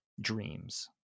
Dreams